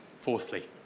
fourthly